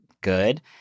good